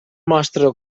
mostra